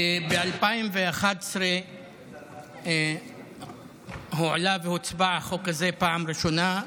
ב-2011 החוק הזה הועלה והוצבע בפעם הראשונה.